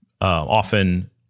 often